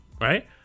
right